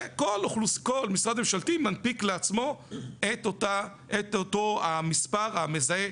וכל משרד ממשלתי מנפיק לעצמו את אותו המספר המזהה